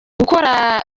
gukora